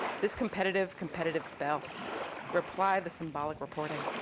this competitive, competitive spell reply the symbolic reporting.